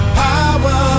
power